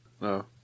No